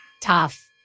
Tough